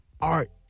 art